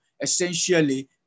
essentially